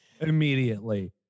immediately